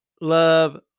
love